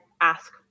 ask